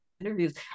interviews